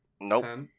nope